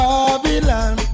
Babylon